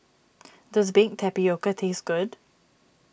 does Baked Tapioca taste good